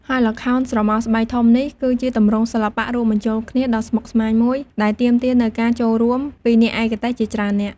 ហើយល្ខោនស្រមោលស្បែកធំនេះ គឺជាទម្រង់សិល្បៈរួមបញ្ចូលគ្នាដ៏ស្មុគស្មាញមួយ ដែលទាមទារនូវការចូលរួមពីអ្នកឯកទេសជាច្រើននាក់។